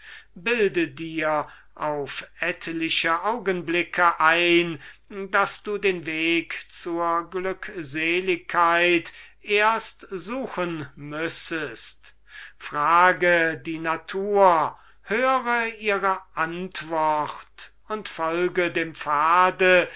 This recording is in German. bilde dir auf etliche augenblick ein daß du den weg zur glückseligkeit erst suchen müssest frage die natur höre ihre antwort und folge dem pfade